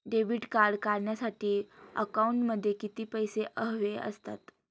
Debit card काढण्यासाठी अकाउंटमध्ये किती पैसे हवे असतात?